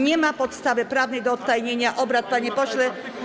Nie ma podstawy prawnej do odtajnienia obrad, panie pośle.